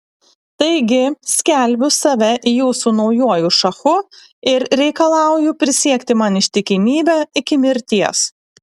taigi skelbiu save jūsų naujuoju šachu ir reikalauju prisiekti man ištikimybę iki mirties